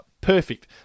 Perfect